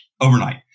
overnight